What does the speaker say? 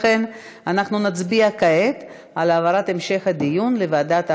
לכן אנחנו נצביע כעת על העברת המשך הדיון לוועדת העבודה,